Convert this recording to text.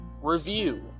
review